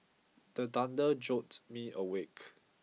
the thunder jolt me awake